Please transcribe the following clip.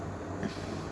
hmm